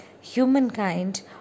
humankind